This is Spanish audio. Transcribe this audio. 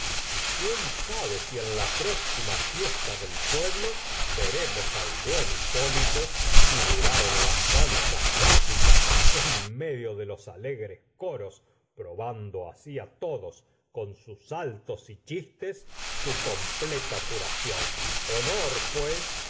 y quién sabe si en la próxima fiesta del pueblo veremos al buen hipólito fi gurar en las danzas báquictads en medio de ltos alegrh stcoros proba ndto asi á o os con sus sa os y e s es su compe a curación honor pues